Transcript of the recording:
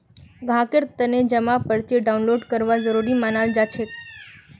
ग्राहकेर तने जमा पर्ची डाउनलोड करवा जरूरी मनाल जाछेक